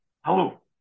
hello